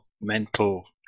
mental